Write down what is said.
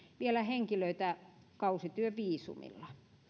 vielä henkilöitä kausityöviisumilla